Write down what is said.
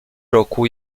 roku